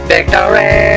Victory